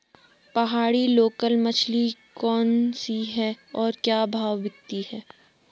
पहाड़ी लोकल मछली कौन सी है और क्या भाव बिकती है?